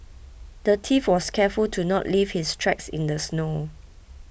the thief was careful to not leave his tracks in the snow